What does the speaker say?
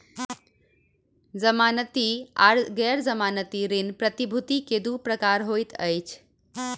जमानती आर गैर जमानती ऋण प्रतिभूति के दू प्रकार होइत अछि